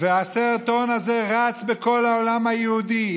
הסרטון הזה רץ בכל העולם היהודי.